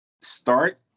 Start